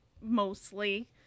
mostly